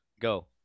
Go